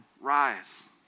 rise